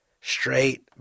straight